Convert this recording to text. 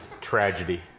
tragedy